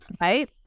right